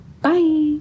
bye